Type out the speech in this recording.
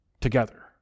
together